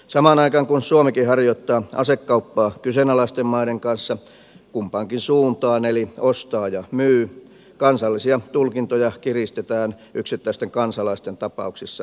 samaan aikaan kun suomikin harjoittaa asekauppaa kyseenalaisten maiden kanssa kumpaankin suuntaan eli ostaa ja myy kansallisia tulkintoja kiristetään yksittäisten kansalaisten tapauksissa liikaakin